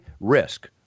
risk